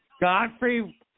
Godfrey